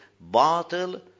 battle